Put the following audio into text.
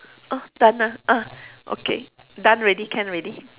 oh done ah ah okay done already can already